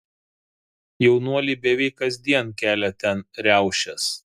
jaunuoliai beveik kasdien kelia ten riaušes